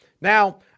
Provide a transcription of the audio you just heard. Now